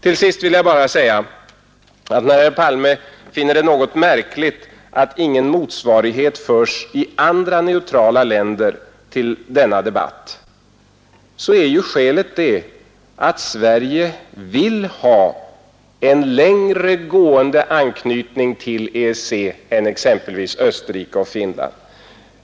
Till sist vill jag bara med anledning av att herr Palme finner det märkligt att ingen motsvarighet till denna debatt förs i andra neutrala länder säga att skälet härtill är att Sverige vill ha en längre gående anknytning till EEC än exempelvis Österrike och Finland.